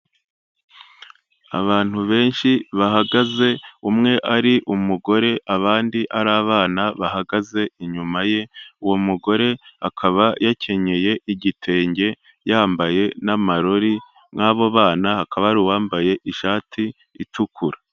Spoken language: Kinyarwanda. Abantu benshi bahagaze umwe ari umugore, abandi ari abana bahagaze inyuma ye, uwo mugore akaba yakenyeye igitenge yambaye n'amarori n'abo bana hakaba hari uwambaye ishati itukura.